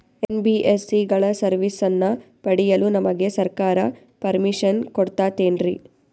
NBSC ಗಳ ಸರ್ವಿಸನ್ನ ಪಡಿಯಲು ನಮಗೆ ಸರ್ಕಾರ ಪರ್ಮಿಷನ್ ಕೊಡ್ತಾತೇನ್ರೀ?